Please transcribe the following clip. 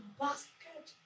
basket